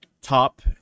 top